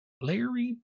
Larry